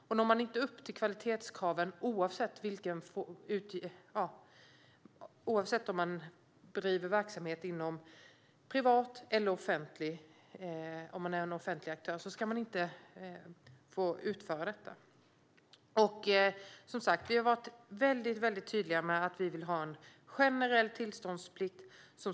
Om man inte når upp till kvalitetskraven, oavsett om man är en privat eller offentlig aktör, ska man inte få utföra detta. Vi har varit tydliga med att vi vill ha en generell tillståndsplikt.